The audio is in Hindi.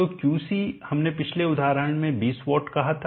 तो क्यूसी हमने पिछले उदाहरण में 20 वाट कहा था